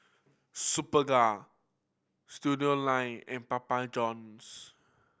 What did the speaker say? Superga Studioline and Papa Johns